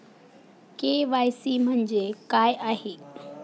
KYC म्हणजे काय आहे?